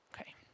Okay